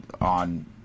on